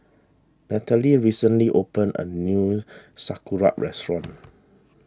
Nathaly recently opened a new Sauerkraut restaurant